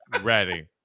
ready